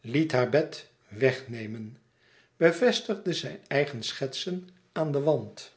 liet haar bed wegnemen bevestigde zijn eigen schetsen aan den wand